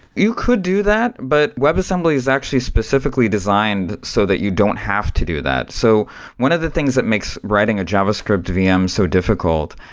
you could do that, but webassembly is actually specifically designed so that you don't have to do that. so one of the things that makes writing a javascript vm so difficult,